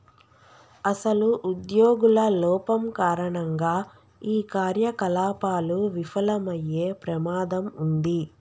అసలు ఉద్యోగుల లోపం కారణంగా ఈ కార్యకలాపాలు విఫలమయ్యే ప్రమాదం ఉంది